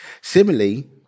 Similarly